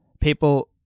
people